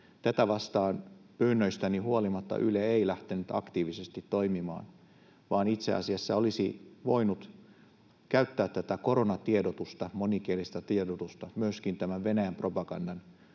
Tätä vastaan, pyynnöistäni huolimatta, Yle ei lähtenyt aktiivisesti toimimaan, vaan itse asiassa olisi voinut käyttää tätä koronatiedotusta, monikielistä tiedotusta, myöskin tämän Venäjän propagandan